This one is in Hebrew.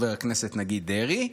נגיד חבר הכנסת דרעי,